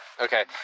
Okay